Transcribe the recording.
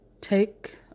take